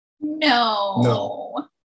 No